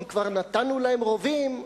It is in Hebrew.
אם כבר נתנו להם רובים,